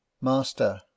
master